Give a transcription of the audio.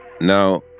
Now